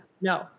No